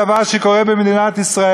הוא הדבר שקורה במדינת ישראל.